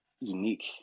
unique